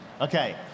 Okay